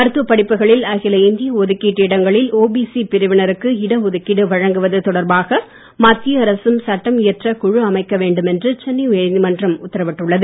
மருத்துவ படிப்புகளில் அகில இந்திய ஒதுக்கீட்டு இடங்களில் ஓபிசி பிரிவினருக்கு இடஒதுக்கீடு வழங்குவது தொடர்பாக மத்திய அரசு சட்டம் இயற்ற குழு அமைக்க வேண்டும் என்று சென்னை உயர்நீதி மன்றம் உத்தரவிட்டுள்ளது